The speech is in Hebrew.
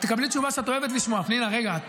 את תקבלי תשובה שאת אוהבת לשמוע, פנינה, רגע.